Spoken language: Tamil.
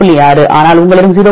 6 ஆனால் உங்களிடம் 0